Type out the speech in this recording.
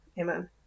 Amen